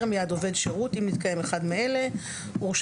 מיד עובד שירות אם נתקיים לגביו אחד מאלה: (1) העובד